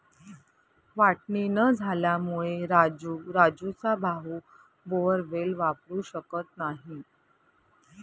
वाटणी न झाल्यामुळे राजू राजूचा भाऊ बोअरवेल वापरू शकत नाही